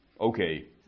Okay